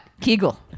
Kegel